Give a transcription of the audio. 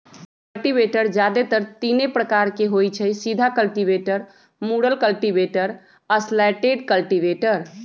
cultivator जादेतर तीने प्रकार के होई छई, सीधा कल्टिवेटर, मुरल कल्टिवेटर, स्लैटेड कल्टिवेटर